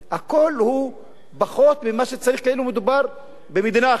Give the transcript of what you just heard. הכול פחות ממה שצריך, כאילו מדובר במדינה אחרת,